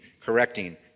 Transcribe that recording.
correcting